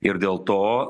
ir dėl to